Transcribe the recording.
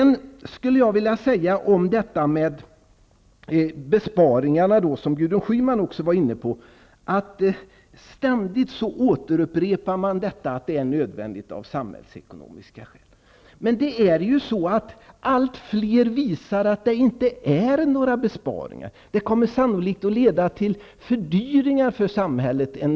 När det gäller besparingarna, som Gudrun Schyman också var inne på, upprepar man ständigt att de är nödvändiga av samhällsekonomiska skäl. Men alltmer visar att det inte är några besparingar. Nedskärningen av komvux kommer sannolikt att leda till fördyringar för samhället.